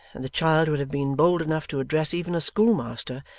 and the child would have been bold enough to address even a schoolmaster,